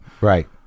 right